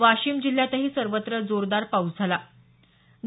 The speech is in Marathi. वाशिम जिल्ह्यातही सर्वत्र जोरदार पाऊस झाला आहे